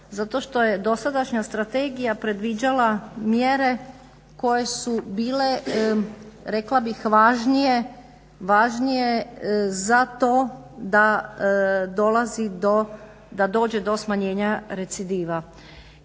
Zato što je dosadašnja strategija predviđala mjere koje su bile rekla bih važnije za to da dođe do smanjenja recidiva.